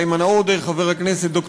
חבר הכנסת איימן עודה,